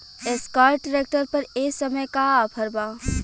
Escort tractor पर ए समय का ऑफ़र बा?